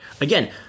again